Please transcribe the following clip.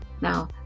Now